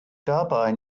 dabei